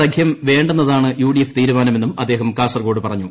സഖ്യം വേണ്ടെന്നതാണ് യുഡി്എഫ് തീരുമാനമെന്നും അദ്ദേഹം കാസർകോട് പറഞ്ഞു